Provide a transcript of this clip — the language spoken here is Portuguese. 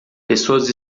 pessoas